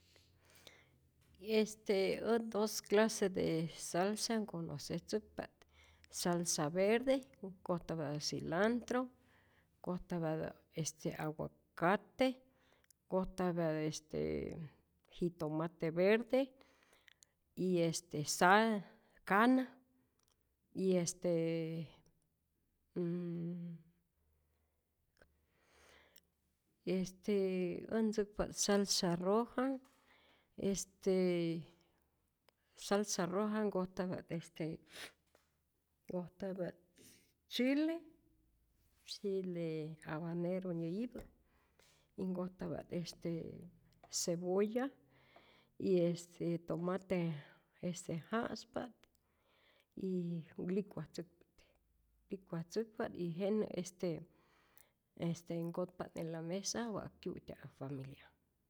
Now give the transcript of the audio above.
Este ät dos clase de salsa ngonocetzäkpa't, salsa verde nkojtapyatät cilantro, nkojtapyatä este aguacate, nkojtapyatä este jitomate verde, y este sal kana y este y este äj ntzäkpa't salsa roja, este salsa roja nkojtapya't nkojtapya't chile, chile abanero nyäyipä y nkojtapya't este cebolla, y este tomate este ja'spa't y licuatzäkpa't, licuatzäkpa't y jenä este este nkotpa't en la mesa wa kyu'tya hasta donde yaj.